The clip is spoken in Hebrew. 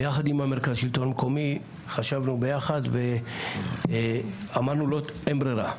ביחד עם המרכז לשלטון מקומי חשבנו ואמרנו אין ברירה,